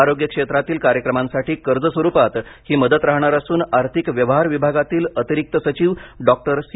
आरोग्य क्षेत्रातील कार्यक्रमांसाठी कर्ज स्वरुपात ही मदत राहणार असून आर्थिक व्यवहार विभागातील अतिरिक्त सचिव डॉक्टर सी